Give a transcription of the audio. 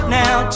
now